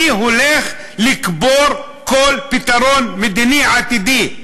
אני הולך לקבור כל פתרון מדיני עתידי,